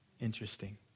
interesting